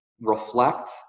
reflect